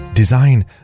Design